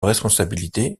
responsabilité